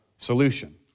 solution